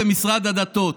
כיסְאולוגיה במשרד הדתות.